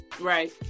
Right